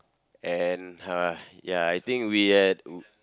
and uh ya I think we had